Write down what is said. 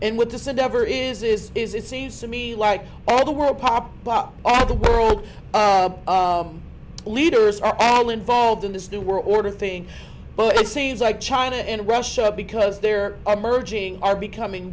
and with the said never is is is it seems to me like all the world pop but all the world leaders are all involved in this new world order thing but it seems like china and russia because there are merging are becoming